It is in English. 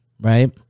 right